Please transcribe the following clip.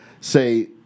say